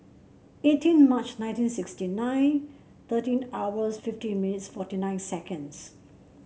eighteen March nineteen sixty nine thirteen hours fifty minutes forty nine seconds